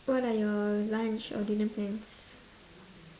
what are your lunch or dinner plans